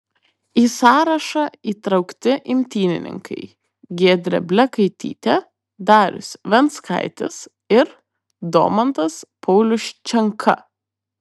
į sąrašą įtraukti imtynininkai giedrė blekaitytė darius venckaitis ir domantas pauliuščenka